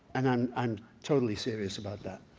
and i'm i'm totally serious about that.